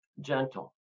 gentle